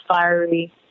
fiery